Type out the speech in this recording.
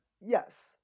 Yes